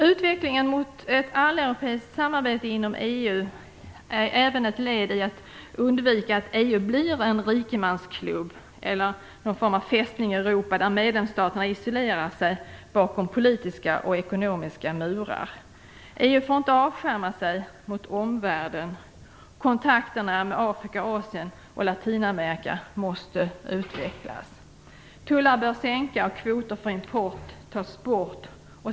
Utvecklingen mot ett alleuropeiskt samarbete inom EU är även ett led i att undvika att EU blir en rikemansklubb eller någon form av "fästning Europa", där medlemsstaterna isolerar sig bakom politiska och ekonomiska murar. EU får inte avskärma sig mot omvärlden. Kontakterna med Afrika, Asien och Latinamerika måste utvecklas. Tullar bör sänkas och kvoter för import tas bort.